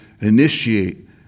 initiate